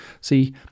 See